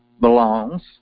belongs